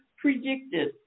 predicted